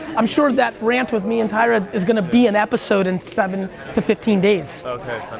i'm sure that rant with me and tyra is gonna be an episode in seven to fifteen days. okay,